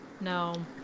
No